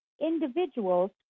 individuals